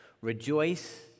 rejoice